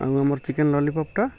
ଆଉ ଆମର ଚିକେନ୍ ଲଲିପପ୍ଟା